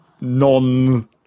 non